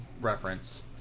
reference